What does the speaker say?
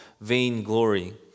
vainglory